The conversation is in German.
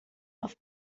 auf